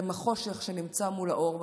אתם החושך שנמצא מול האור,